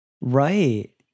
Right